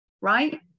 right